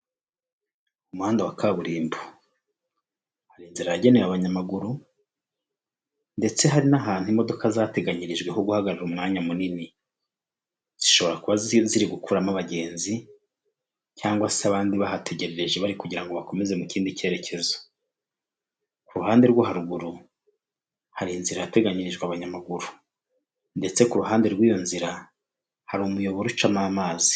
Umuhanda wa kaburimbo, hari inzira yagenewe abanyamaguru, ndetse hari n'ahantu imodoka zateganyirijwe ho guhagara umwanya munini, zishobora kuba ziri gukuramo abagenzi, cyangwa se abandi bahategerereje bari kugira ngo bakomeze mu kindi cyerekezo, ku ruhande rwo haruguru hari inzira irateganyirijwe abanyamaguru, ndetse ku ruhande rw'iyo nzira hari umuyoboro ucamo amazi.